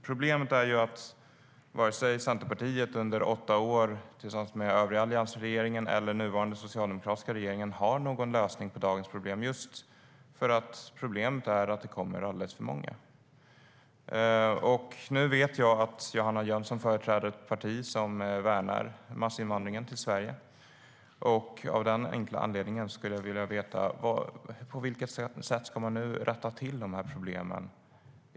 Problemet är ju att varken Centerpartiet tillsammans med den övriga alliansregeringen under åtta år eller den nuvarande socialdemokratiska regeringen har någon lösning på dagens problem just för att det kommer alldeles för många hit. Nu vet jag att Johanna Jönsson företräder ett parti som värnar massinvandringen till Sverige. Av den enkla anledningen vill jag fråga: På vilket sätt ska man komma till rätta med problemen?